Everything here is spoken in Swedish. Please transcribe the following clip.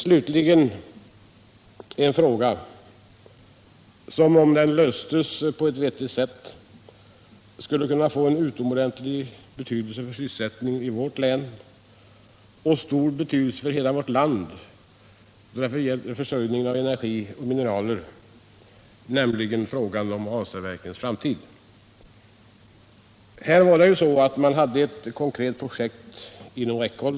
Slutligen en fråga som, om den löstes på ett vettigt sätt, skulle kunna få en utomordentlig betydelse för sysselsättningen i vårt län och stor betydelse för hela vårt land då det gäller försörjningen med energi och mineraler, nämligen frågan om Ranstadverkens framtid. Ett konkret projekt fanns inom räckhåll.